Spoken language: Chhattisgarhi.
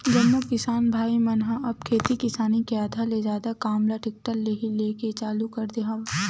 जम्मो किसान भाई मन ह अब खेती किसानी के आधा ले जादा काम ल टेक्टर ले ही लेय के चालू कर दे हवय गा